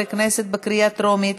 בקריאה טרומית